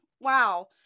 Wow